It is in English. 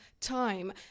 time